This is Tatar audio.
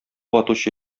атучы